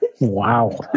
Wow